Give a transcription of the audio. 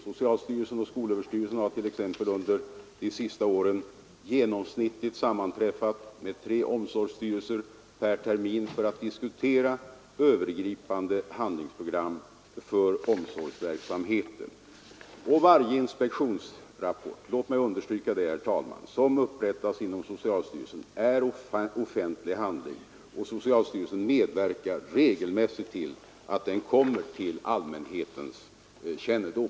Socialstyrelsen och skolöverstyrelsen har t.ex. under de senaste åren genomsnittligt sammanträffat med tre omsorgsstyrelser per termin för att diskutera övergripande handlingsprogram för omsorgsverksamhe ten. Varje inspektionsrapport — låt mig understryka det, herr talman — som upprättas inom socialstyrelsen är offentlig handling, och socialstyrelsen medverkar regelmässigt till att den kommer till allmänhetens kännedom.